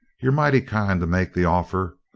you're mighty kind to make the offer.